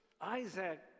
Isaac